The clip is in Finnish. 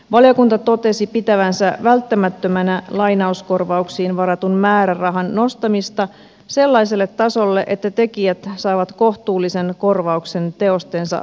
valiokunta totesi pitävänsä välttämättömänä lainauskorvauksiin varatun määrärahan nostamista sellaiselle tasolle että tekijät saavat kohtuullisen korvauksen teostensa lainaamisesta